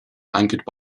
anchored